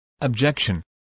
Objection